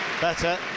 Better